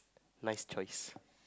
nice choice